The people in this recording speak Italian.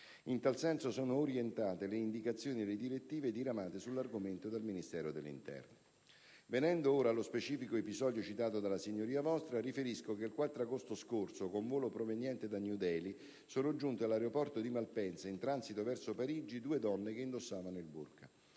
In tal senso sono orientate le indicazioni e le direttive diramate sull'argomento dal Ministero dell'interno. Venendo ora allo specifico episodio citato dall'interrogante, riferisco che il 4 agosto scorso, con volo proveniente da New Delhi, sono giunte all'aeroporto di Malpensa, in transito verso Parigi, due donne che indossavano il *burqa*.